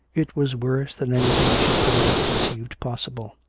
it was worse than anything she could have conceived possible.